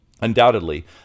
Undoubtedly